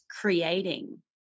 creating